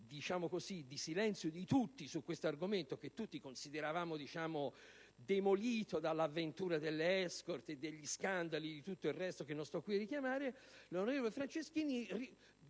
qualche mese di silenzio di tutti su questo argomento, che tutti consideravamo demolito dall'avventura delle *escort*, degli scandali, di tutto il resto che non sto qui a richiamare, l'onorevole Franceschini